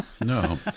No